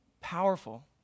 powerful